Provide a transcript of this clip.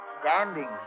Standing